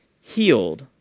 healed